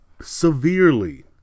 severely